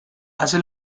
hace